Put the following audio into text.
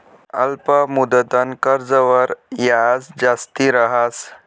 अल्प मुदतनं कर्जवर याज जास्ती रहास